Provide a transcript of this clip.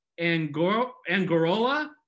Angorola